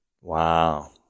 Wow